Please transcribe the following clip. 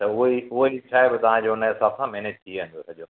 त ऊअं ई ऊअं ई छाहे तव्हां जो हुनजे हिसाब सां मेनेज थी वेंदव हुनजो